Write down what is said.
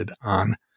on